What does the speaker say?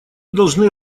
должны